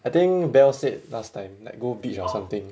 I think bell said last time like go beach or something